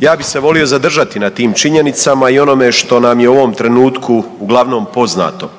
Ja bih se volio zadržati na tim činjenicama i onome što nam je u ovom trenutku uglavnom poznato.